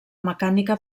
mecànica